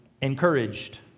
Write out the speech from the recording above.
encouraged